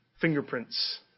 fingerprints